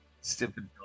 Stupid